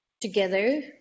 together